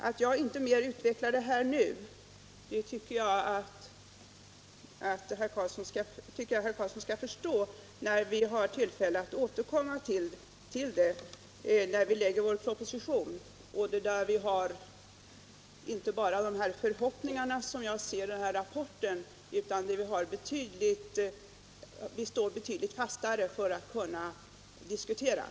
Att jag inte ytterligare utvecklar den frågan nu tycker jag att herr Carlsson i Tyresö skall förstå. Vi har tillfälle att återkomma till det när vi lägger fram vår proposition, där vi inte bara kommer att kunna ge uttryck för sådana förhoppningar som planverkets rapport inger utan kommer att ha ett betydligt fastare underlag för en diskussion.